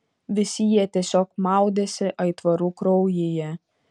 visi jie tiesiog maudėsi aitvarų kraujyje